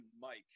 Mike